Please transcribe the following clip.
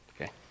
Okay